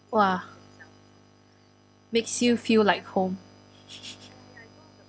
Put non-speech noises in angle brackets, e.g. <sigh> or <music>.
!wah! makes you feel like home <laughs>